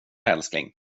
älskling